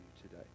today